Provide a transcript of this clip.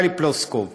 טלי פלוסקוב,